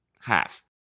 half